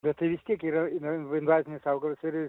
bet tai vis tiek yra invazinis augalas ir